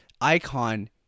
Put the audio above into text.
icon